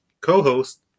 co-host